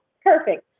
perfect